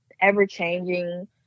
ever-changing